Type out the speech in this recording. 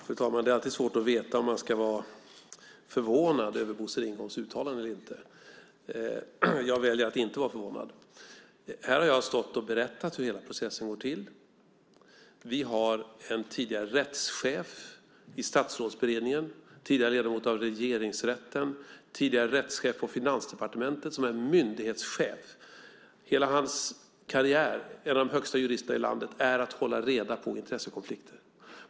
Fru talman! Det är alltid svårt att veta om man ska vara förvånad över Bosse Ringholms uttalanden eller inte. Jag väljer att inte vara förvånad. Här har jag stått och berättat hur hela processen går till. Vi har en person som tidigare har varit rättschef i Statsberedningen, som tidigare har varit ledamot av Regeringsrätten och som tidigare har varit rättschef på Finansdepartementet, som är en myndighetschef. Han är en av de högsta juristerna i landet, och hela hans karriär har handlat om att hålla reda på intressekonflikter.